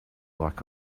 like